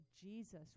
Jesus